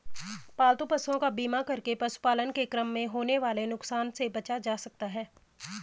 पालतू पशुओं का बीमा करके पशुपालन के क्रम में होने वाले नुकसान से बचा जा सकता है